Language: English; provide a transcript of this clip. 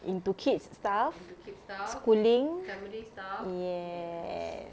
into kids stuff schooling yes